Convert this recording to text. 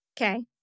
Okay